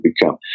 become